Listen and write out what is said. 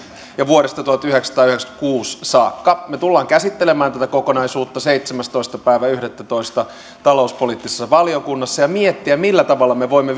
ja vuodesta tuhatyhdeksänsataayhdeksänkymmentäkuusi saakka me tulemme käsittelemään tätä kokonaisuutta seitsemästoista yhdettätoista talouspoliittisessa valiokunnassa ja miettimään millä tavalla me voimme